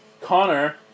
Connor